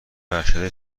ارشد